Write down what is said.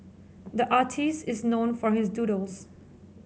the artist is known for his doodles